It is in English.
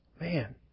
man